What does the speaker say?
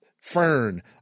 fern